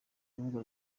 urubuga